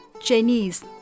Chinese